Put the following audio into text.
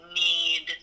need